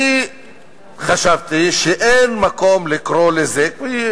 אני חשבתי שאין מקום לקרוא לזה כך,